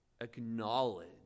acknowledge